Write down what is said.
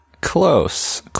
close